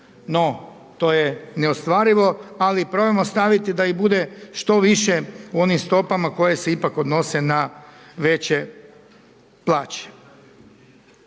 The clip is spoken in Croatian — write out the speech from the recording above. no to je neostvarivo ali probajmo staviti da ih bude što više u onim stopama koje se ipak odnose na veće plaće.